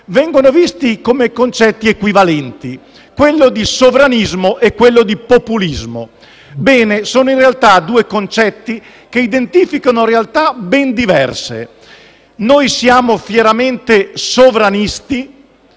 vengono considerati come concetti equivalenti: quello di sovranismo e quello di populismo. In effetti, però, sono due concetti che identificano realtà ben diverse. Noi siamo fieramente sovranisti;